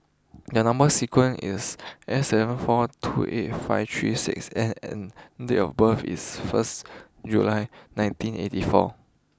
the number sequence is S seven four two eight five three six N and date of birth is first July nineteen eighty four